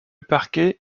parquet